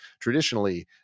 traditionally